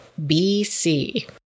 BC